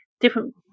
different